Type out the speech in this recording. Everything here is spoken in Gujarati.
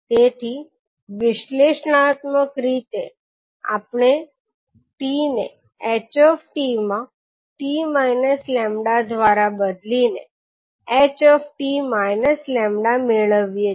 તેથી વિશ્લેષણાત્મક રીતે આપણે t ને ℎ𝑡 માં 𝑡 𝜆 દ્વારા બદલી ને ℎ𝑡 𝜆 મેળવીએ છીએ